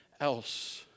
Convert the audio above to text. else